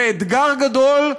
זה אתגר גדול,